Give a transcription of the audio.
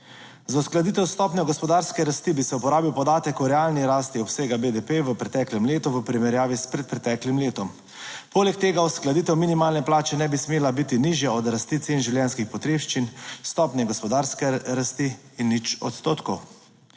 Za uskladitev s stopnjo gospodarske rasti bi se uporabil podatek o realni rasti obsega BDP v preteklem letu v primerjavi s predpreteklim letom. Poleg tega uskladitev minimalne plače ne bi smela biti nižja od rasti cen življenjskih potrebščin, stopnje gospodarske rasti in 0 odstotkov.